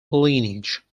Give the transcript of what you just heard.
lineage